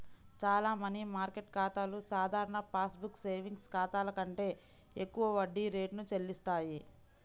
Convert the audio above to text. చాలా money market ఖాతాలు సాధారణ పాస్ బుక్ సేవింగ్స్ ఖాతాల కంటే ఎక్కువ వడ్డీ రేటును చెల్లిస్తాయి